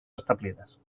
establides